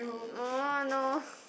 no